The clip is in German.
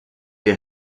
der